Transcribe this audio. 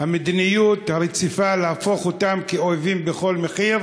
מדיניות רציפה להפוך אותם לאויבים בכל מחיר.